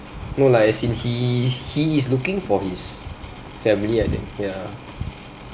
no like as in he he is looking for his family I think ya